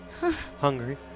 Hungry